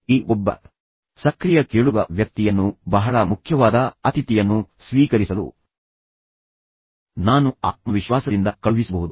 ಈ ಒಬ್ಬ ಒಬ್ಬ ಸಕ್ರಿಯ ಕೇಳುಗ ವ್ಯಕ್ತಿಯನ್ನು ನನಗೆ ಬಹಳ ಮುಖ್ಯವಾದ ಅತಿಥಿಯನ್ನು ಸ್ವೀಕರಿಸಲು ನಾನು ಆತ್ಮವಿಶ್ವಾಸದಿಂದ ಕಳುಹಿಸಬಹುದು